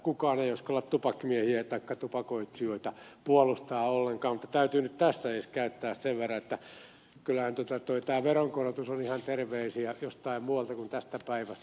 kukaan ei uskalla tupakkamiehiä taikka tupakoitsijoita puolustaa ollenkaan mutta täytyy nyt tässä edes käyttää sen verran että kyllähän tämä veronkorotus on ihan terveisiä jostain muualta kuin tästä päivästä